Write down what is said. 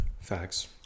Facts